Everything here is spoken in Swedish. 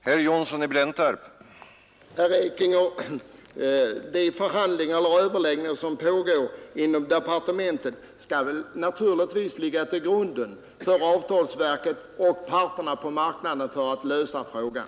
Herr talman! De förhandlingar och överläggningar som pågår inom departementet skall naturligtvis ligga till grund för avtalsverket och parterna på arbetsmarknaden när de skall försöka lösa frågan.